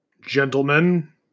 gentlemen